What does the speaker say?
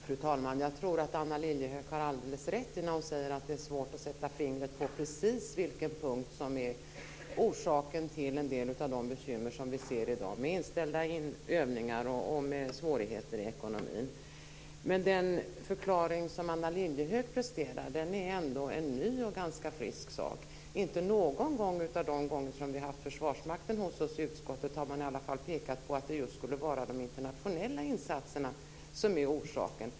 Fru talman! Jag tror att Anna Lilliehöök har alldeles rätt när hon säger att det är svårt att sätta fingret precis på vilken punkt som är orsaken till en del av de bekymmer som vi ser i dag med inställda övningar och svårigheter i ekonomin. Men den förklaring som Anna Lilliehöök presenterar är ändå en ny och ganska frisk sak. Inte någon gång då vi har haft Försvarsmakten hos oss i utskottet har man pekat på att det skulle vara just de internationella insatserna som är orsaken.